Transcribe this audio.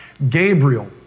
Gabriel